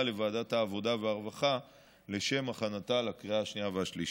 לוועדת העבודה והרווחה לשם הכנתה לקריאה השנייה והשלישית.